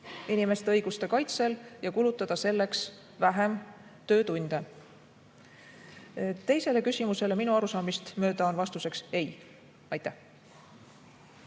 inimeste õiguste kaitsel ja kulutada selleks vähem töötunde. Teisele küsimusele minu arusaamist mööda on vastus "ei". Tänan!